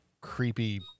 creepy